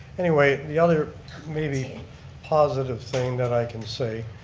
anyway, the other maybe positive things that i can say,